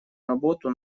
работу